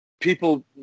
people